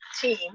team